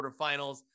quarterfinals